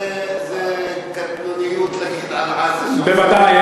זו קטנוניות להגיד על עזה, בוודאי.